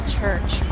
church